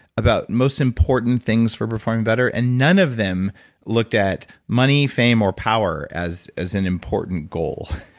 about most important things for performing better. and none of them looked at money, fame or power as as an important goal